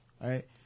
right